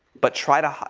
but try to hi,